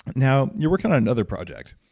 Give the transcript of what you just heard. now, you're working on another project,